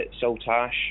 Saltash